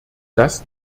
das